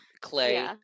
clay